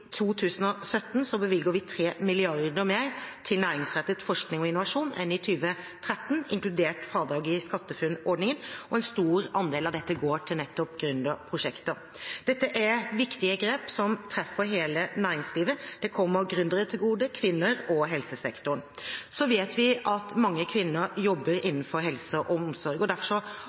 2017 bevilger vi 3 mrd. kr mer til næringsrettet forskning og innovasjon enn i 2013, inkludert fradrag i SkatteFUNN-ordningen, og en stor andel går til nettopp gründerprosjekter. Dette er viktige grep som treffer hele næringslivet. De kommer gründere, kvinner og helsesektoren til gode. Så vet vi at mange kvinner jobber innenfor helse og omsorg. Derfor har vi styrket forsknings- og